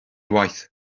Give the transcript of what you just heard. waith